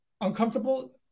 uncomfortable